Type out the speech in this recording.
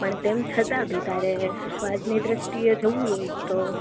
પણ તેમ છતાં બી તારે સ્વાદની દ્રષ્ટિએ જોવું હોય તો